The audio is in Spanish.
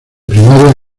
primaria